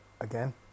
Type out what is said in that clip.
again